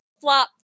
flop